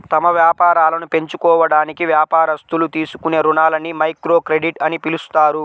తమ వ్యాపారాలను పెంచుకోవడానికి వ్యాపారస్తులు తీసుకునే రుణాలని మైక్రోక్రెడిట్ అని పిలుస్తారు